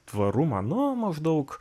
tvarumą nu maždaug